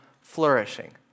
flourishing